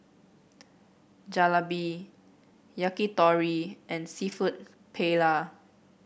Jalebi Yakitori and seafood Paella